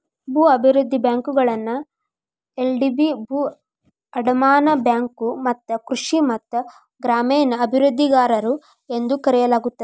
ಭೂ ಅಭಿವೃದ್ಧಿ ಬ್ಯಾಂಕುಗಳನ್ನ ಎಲ್.ಡಿ.ಬಿ ಭೂ ಅಡಮಾನ ಬ್ಯಾಂಕು ಮತ್ತ ಕೃಷಿ ಮತ್ತ ಗ್ರಾಮೇಣ ಅಭಿವೃದ್ಧಿಗಾರರು ಎಂದೂ ಕರೆಯಲಾಗುತ್ತದೆ